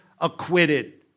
acquitted